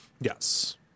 Yes